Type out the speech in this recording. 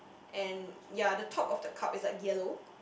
and ya the top of the cup is like yellow